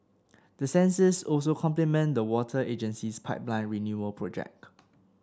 the sensors also complement the water agency's pipeline renewal project